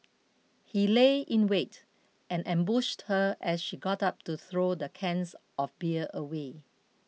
he lay in wait and ambushed her as she got up to throw the cans of beer away